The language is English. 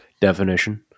definition